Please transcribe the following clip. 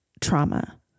trauma